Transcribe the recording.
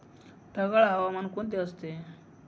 ढगाळ हवामान कोणते असते?